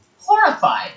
Horrified